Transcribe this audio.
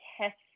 test